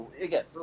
again